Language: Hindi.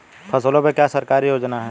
फसलों पे क्या सरकारी योजना है?